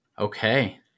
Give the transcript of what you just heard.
Okay